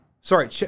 sorry